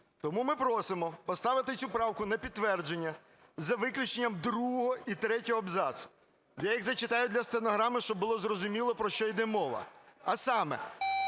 Тому ми просимо поставити цю правку на підтвердження за виключенням другого і третього абзаців. Я їх зачитаю для стенограми, щоб було зрозуміло, про що йде мова. А саме: